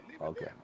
Okay